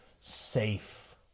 safe